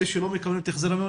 אלה שלא מקבלים את החזר הנסיעות,